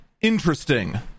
interesting